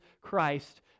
Christ